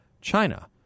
China